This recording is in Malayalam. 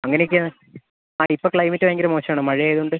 അങ്ങനെ ഒക്കെയാണ് ആ ഇപ്പം ക്ലൈമറ്റ് ഭയങ്കര മോശമാണ് മഴ ആയതുകൊണ്ട്